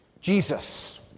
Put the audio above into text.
Jesus